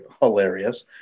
hilarious